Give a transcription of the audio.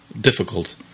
difficult